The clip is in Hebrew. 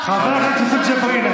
חבר הכנסת יוסף ג'בארין,